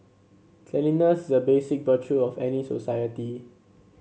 cleanliness is a basic virtue of any society